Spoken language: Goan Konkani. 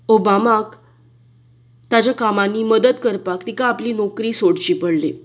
ओबामाक ताच्या कामांनी मदत करपाक तिका आपली नोकरी सोडची पडली